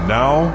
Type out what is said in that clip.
now